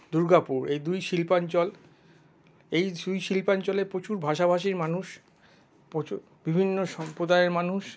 দুর্গাপুর এই দুই শিল্পাঞ্চল এই দুই শিল্পাঞ্চলে প্রচুর ভাষাভাষীর মানুষ বিভিন্ন সম্প্রদায়ের মানুষ